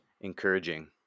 encouraging